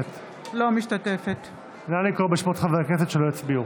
אינה משתתפת בהצבעה נא לקרוא בשמות חברי הכנסת שלא הצביעו.